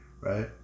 right